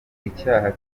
icyaha